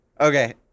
Okay